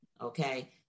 okay